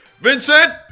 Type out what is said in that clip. Vincent